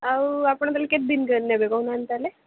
ଆଉ ଆପଣ ତା'ହେଲେ କେତେ ଦିନରେ ନେବେ କହୁନାହାନ୍ତି ତା'ହେଲେ